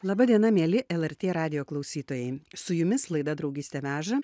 laba diena mieli lrt radijo klausytojai su jumis laida draugystė veža